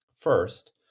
First